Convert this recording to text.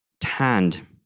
tanned